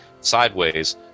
sideways